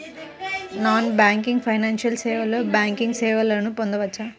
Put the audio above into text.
Non banking financial సేవలో banking సేవలను పొందవచ్చా?